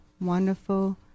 wonderful